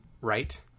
right